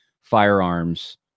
firearms